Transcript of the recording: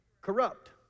corrupt